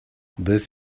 this